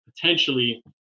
potentially